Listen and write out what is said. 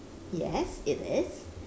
yes it is